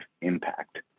impact